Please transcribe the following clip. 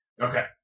Okay